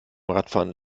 radfahren